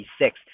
six